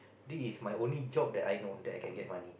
this is my only job that I know that I can get money